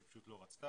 והיא פשוט לא רצתה.